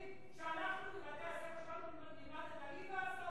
הם לא מבינים מהחיים שלהם.